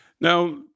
Now